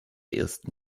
ersten